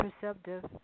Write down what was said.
perceptive